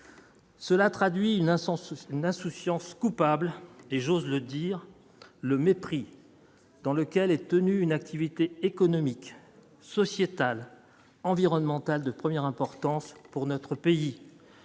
instance une insouciance coupable et j'ose le dire le mépris dans lequel est tenu une activité économique, sociétal, environnemental de première importance pour notre pays,